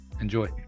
Enjoy